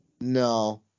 No